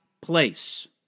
place